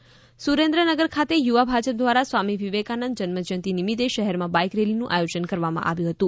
Bhajap bike rally Surendranagar ખાતે યુવા ભાજપ દ્વારા સ્વામી વિવેકાનંદ જન્મ જયંતિ નિમિત્તે શહેરમાં બાઇક રેલીનું આયોજન કરવામાં આવ્યું હતું